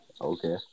okay